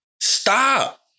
Stop